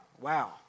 wow